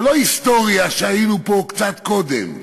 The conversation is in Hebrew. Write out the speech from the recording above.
זו לא היסטוריה שהיינו פה קצת קודם,